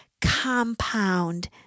compound